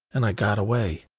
and i got away.